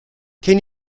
can